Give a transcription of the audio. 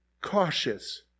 cautious